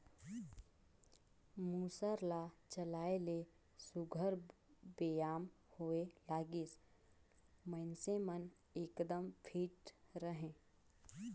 मूसर ल चलाए ले सुग्घर बेयाम होए लागिस, मइनसे मन एकदम फिट रहें